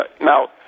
Now